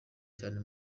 cyane